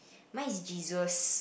mine is Jesus